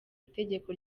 itegeko